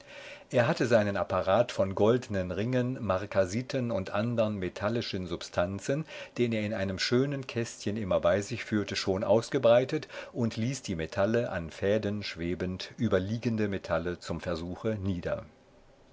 er hatte seinen apparat von goldnen ringen markasiten und andern metallischen substanzen den er in einem schönen kästchen immer bei sich führte schon ausgebreitet und ließ nun metalle an fäden schwebend über liegende metalle zum versuche nieder